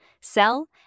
sell